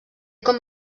com